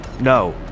No